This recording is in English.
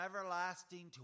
everlasting